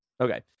Okay